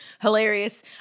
Hilarious